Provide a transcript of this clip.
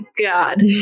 God